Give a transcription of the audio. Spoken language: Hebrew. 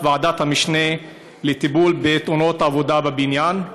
ועדת המשנה לטיפול בתאונות עבודה בבניין,